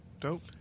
dope